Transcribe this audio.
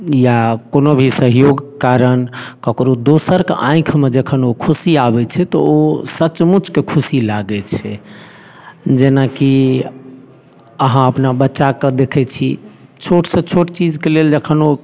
या कोनो भी सहयोग कारण ककरो दोसर कऽ आँखिमे जखन ओ खुशी आबैत छै तऽ ओ सचमुचके खुशी लागैत छै जेनाकि अहाँ अपना बच्चा कऽ देखैत छी छोटसँ छोट चीजकेँ लेल जखन ओ